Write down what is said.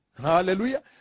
Hallelujah